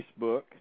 Facebook